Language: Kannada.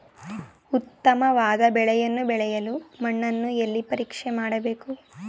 ಉತ್ತಮವಾದ ಬೆಳೆಯನ್ನು ಬೆಳೆಯಲು ಮಣ್ಣನ್ನು ಎಲ್ಲಿ ಪರೀಕ್ಷೆ ಮಾಡಬೇಕು?